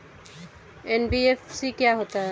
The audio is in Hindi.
एन.बी.एफ.सी क्या होता है?